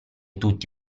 tutti